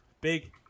big